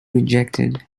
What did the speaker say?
rejected